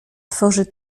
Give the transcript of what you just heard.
tworzy